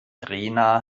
rena